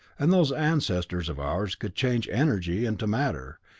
and those ancestors of ours could change energy into matter,